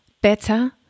better